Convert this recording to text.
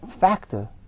factor